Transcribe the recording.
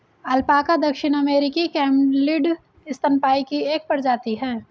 alpaca दक्षिण अमेरिकी camelid स्तनपायी की एक प्रजाति है